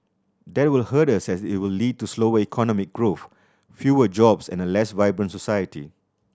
that will hurt us as it will lead to slower economic growth fewer jobs and a less vibrant society